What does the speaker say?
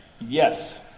Yes